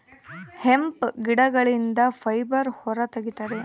hemp ಗಿಡಗಳಿಂದ fibre ಹೊರ ತಗಿತರೆ